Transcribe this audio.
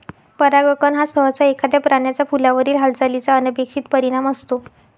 परागकण हा सहसा एखाद्या प्राण्याचा फुलावरील हालचालीचा अनपेक्षित परिणाम असतो